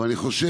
אבל אני חושב,